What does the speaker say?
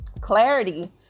clarity